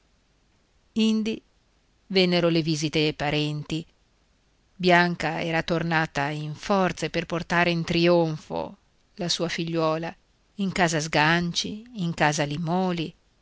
vennero le visite ai parenti bianca era tornata in forze per portare in trionfo la sua figliuola in casa sganci in casa limòli